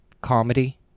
Comedy